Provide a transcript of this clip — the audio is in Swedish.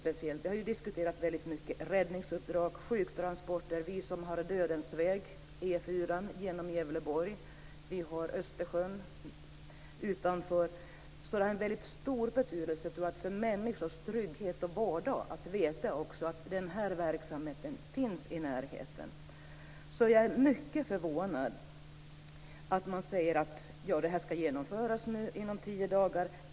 Vi har diskuterat räddningsuppdrag och sjuktransporter. Vi har "dödens väg", E 4:an, genom Gävleborg. Vi har Östersjön utanför. Det har stor betydelse för människors trygghet och vardag att veta att den här verksamheten finns i närheten. Jag är mycket förvånad över att man nu säger att detta skall genomföras inom tio dagar.